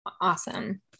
Awesome